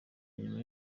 nyuma